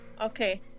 Okay